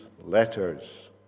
letters